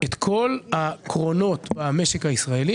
כל הקרונות של המשק הישראלי.